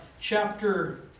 chapter